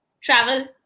Travel